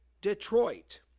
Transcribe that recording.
Detroit